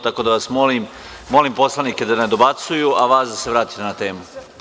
Tako da vas molim, molim poslanike da ne dobacuju, a vas da se vratite na temu.